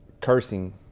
Cursing